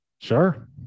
Sure